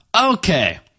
Okay